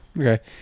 Okay